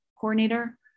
coordinator